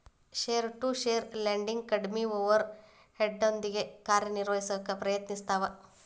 peer to peer lending ಕಡ್ಮಿ ಓವರ್ ಹೆಡ್ನೊಂದಿಗಿ ಕಾರ್ಯನಿರ್ವಹಿಸಕ ಪ್ರಯತ್ನಿಸ್ತವ